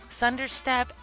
thunderstep